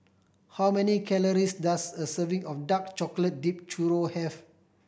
how many calories does a serving of dark chocolate dipped churro have